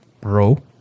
bro